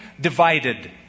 divided